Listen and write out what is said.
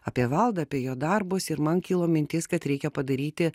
apie valdą apie jo darbus ir man kilo mintis kad reikia padaryti